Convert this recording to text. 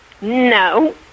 No